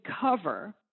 cover